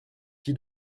qui